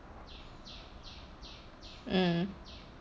mm